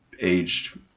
Aged